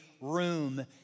room